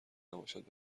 نباشند